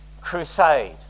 crusade